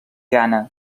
ghana